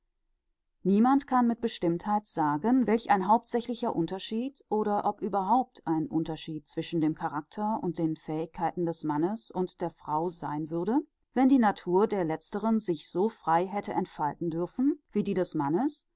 niemand kann mit bestimmtheit sagen welch ein hauptsächlicher unterschied oder ob überhaupt ein unterschied zwischen dem charakter und den fähigkeiten des mannes und der frau sein würde wenn die natur der letzteren sich so frei hätte entfalten dürfen wie die des mannes